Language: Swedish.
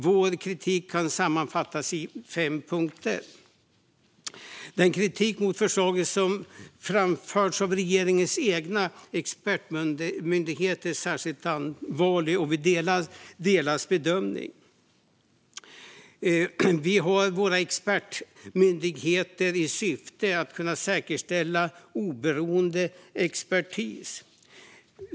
Vår kritik kan sammanfattas i fem punkter. Den kritik mot förslaget som framförts av regeringens egna expertmyndigheter är särskilt allvarlig, och vi delar deras bedömning. Vi har våra expertmyndigheter för att kunna säkerställa oberoende expertis.